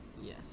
Yes